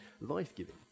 life-giving